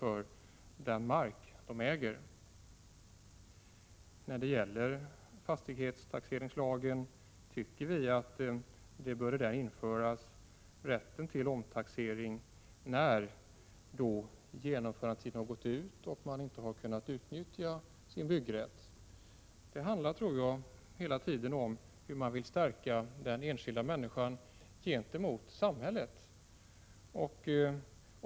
Vi i folkpartiet anser att det i fastighetstaxeringslagen bör införas rätt till omtaxering, när genomförandetiden har gått ut och man inte har kunnat utnyttja sin byggrätt. Det handlar hela tiden om hur man vill stärka den enskilda människans rätt gentemot samhällets.